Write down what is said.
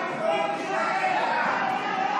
הרפורמים נגד צה"ל.